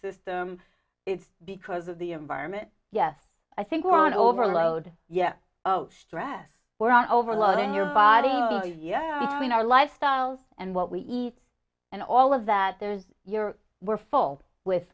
system it's because of the environment yes i think we're on overload yeah oh stress we're overloading your body oh yeah i mean our lifestyles and what we eat and all of that there's your we're full with